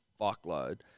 fuckload